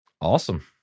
Awesome